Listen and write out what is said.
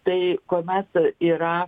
tai kuomet yra